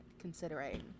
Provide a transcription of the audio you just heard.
considering